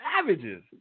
savages